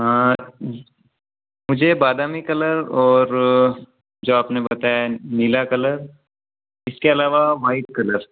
मुझे बादामी कलर और जो आपने बताया नीला कलर इसके अलावा व्हाइट कलर